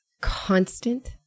constant